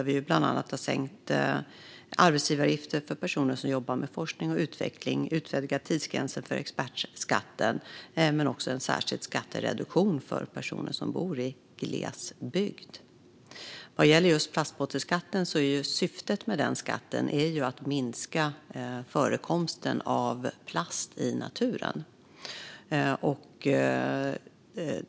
Vi har bland annat sänkt arbetsgivaravgifter för personer som jobbar med forskning och utveckling och utvidgat tidsgränser för expertskatten men också infört en särskild skattereduktion för personer som bor i glesbygd. Vad gäller just plastpåseskatten är syftet att minska förekomsten av plast i naturen.